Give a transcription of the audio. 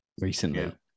recently